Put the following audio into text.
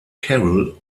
carol